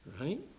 Right